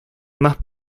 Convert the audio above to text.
más